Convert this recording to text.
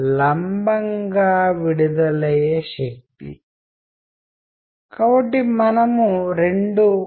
మనం ఎప్పుడూ చెప్పవచ్చు ఆ వ్యక్తి చనిపోయాడని కనీసం మనం గుర్తించగలుగుతున్నాము